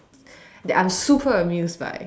that I'm super amused by